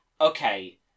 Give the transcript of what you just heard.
Okay